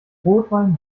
rotwein